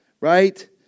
right